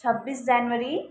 छब्बिस जनवरी